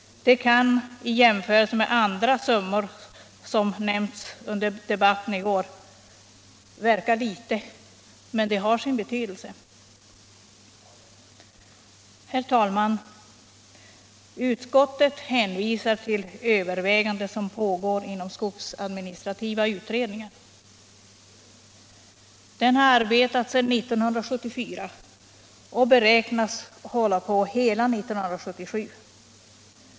Det kan i jämförelse med andra summor som nämnts under debatten i går verka lite, men det har sin betydelse. Herr talman! Utskottet hänvisar till överväganden som pågår inom skogsadministrativa utredningen. Den har arbetat sedan 1974 och be räknas hålla på hela 1977.